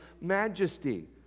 majesty